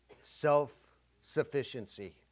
Self-sufficiency